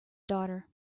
daughter